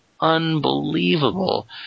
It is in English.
unbelievable